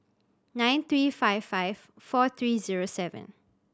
nine three five five four three zero seven